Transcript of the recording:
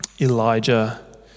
Elijah